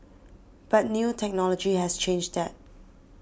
but new technology has changed that